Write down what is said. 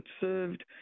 served